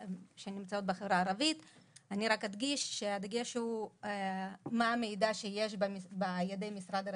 אני רק אדגיש שהדגש הוא על המידע שיש בידי משרד הרווחה.